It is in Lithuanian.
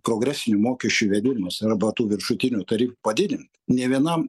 progresinių mokesčių įvedimas arba tų viršutinių tarifų padidin nė vienam